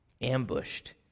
ambushed